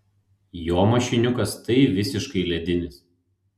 jo mašiniukas tai visiškai ledinis